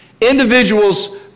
Individuals